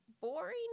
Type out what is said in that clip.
boring